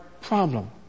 problem